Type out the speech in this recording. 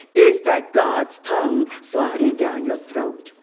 is that god's tongue sliding down your throat?